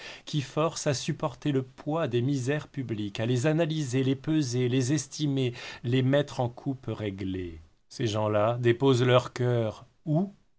qui force à supporter le poids des misères publiques à les analyser les peser les estimer les mettre en coupe réglée ces gens-là déposent leur cœur où